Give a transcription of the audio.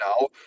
now